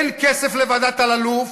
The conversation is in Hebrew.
אין כסף לוועדת אלאלוף,